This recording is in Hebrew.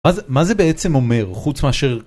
אז מה זה בעצם אומר חוץ מאשר?